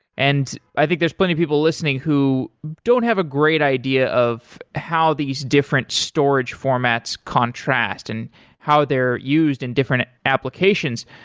and i think there's plenty of people listening who don't have a great idea of how these different storage formats contrast and how they're used in different applications.